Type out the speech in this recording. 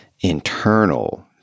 internal